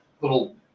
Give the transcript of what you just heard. little